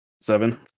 Seven